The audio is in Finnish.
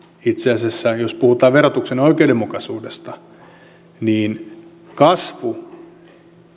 itse asiassa jos puhutaan verotuksen oikeudenmukaisuudesta kasvu